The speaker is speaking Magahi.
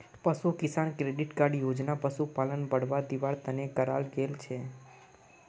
पशु किसान क्रेडिट कार्ड योजना पशुपालनक बढ़ावा दिवार तने कराल गेल छे